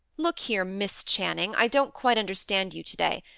look here, miss channing i don't quite understand you to-day.